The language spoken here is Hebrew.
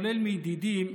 כולל מידידים,